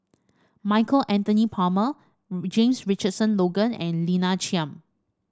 Michael Anthony Palmer James Richardson Logan and Lina Chiam